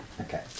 Okay